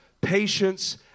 patience